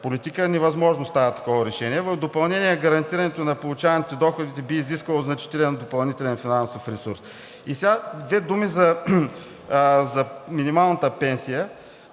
политика – невъзможно става такова решение. В допълнение гарантирането на получаваните доходи би изисквало значителен допълнителен финансов ресурс. И сега две думи за минималната пенсия.